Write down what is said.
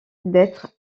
d’être